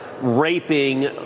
raping